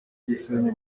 gisenyi